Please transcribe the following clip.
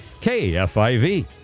KFIV